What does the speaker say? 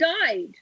died